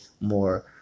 more